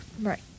Right